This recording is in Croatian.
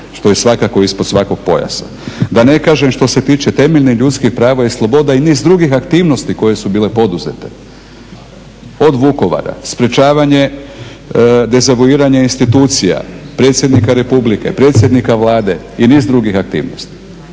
što je svakako ispod svakog pojasa. Da ne kažem što se tiče temeljnih ljudskih prava i sloboda i niz drugih aktivnosti koje su bile poduzete, od Vukovara, sprječavanje … institucija, predsjednika Republike, predsjednika Vlade i niz drugih aktivnosti.